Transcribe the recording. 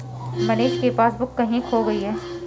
मनीष की पासबुक कहीं खो गई है